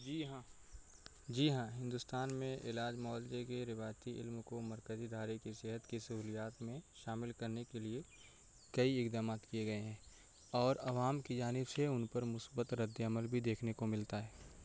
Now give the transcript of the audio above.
جی ہاں جی ہاں ہندوستان میں علاج معالجے کے روایتی علم کو مرکزی ادارے کی صحت کی سہولیات میں شامل کرنے کے لیے کئی اقدامات کیے گئے ہیں اور عوام کی جانب سے ان پر مثبت رد عمل بھی دیکھنے کو ملتا ہے